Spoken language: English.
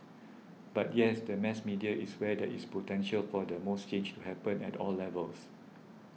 but yes the mass media is where there is potential for the most change to happen at all levels